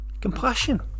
compassion